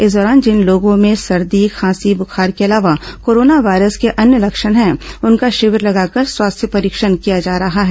इस दौरान जिन लोगों में सर्दी खांसी बुखार के अलावा कोरोना वायरस के अन्य लक्षण हैं उनका शिविर लगाकर स्वास्थ्य परीक्षण किया जा रहा है